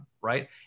right